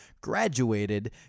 graduated